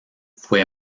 fue